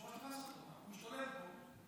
יושב-ראש הכנסת, הוא השתולל פה.